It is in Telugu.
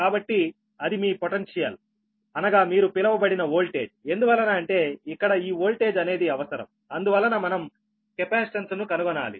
కాబట్టి అది మీ పొటెన్షియల్ అనగా మీరు పిలవబడిన ఓల్టేజ్ ఎందువలన అంటే ఇక్కడ ఈ ఓల్టేజ్ అనేది అవసరం అందువలన మనం కెపాసిటెన్స్ ను కనుగొనాలి